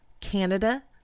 Canada